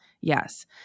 yes